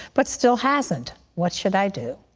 but still hasn't. what should i do?